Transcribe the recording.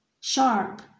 sharp